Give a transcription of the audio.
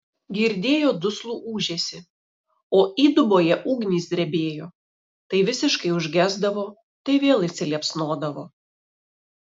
girdėjo duslų ūžesį o įduboje ugnys drebėjo tai visiškai užgesdavo tai vėl įsiliepsnodavo